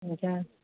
हुन्छ